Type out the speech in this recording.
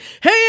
hey